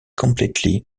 completely